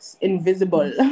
invisible